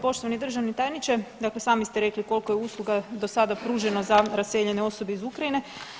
Poštovani državni tajniče, dakle sami ste rekli koliko je usluga do sada pruženo za raseljene osobe iz Ukrajine.